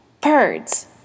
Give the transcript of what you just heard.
Birds